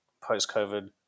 post-COVID